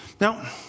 Now